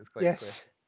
Yes